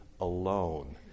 alone